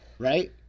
Right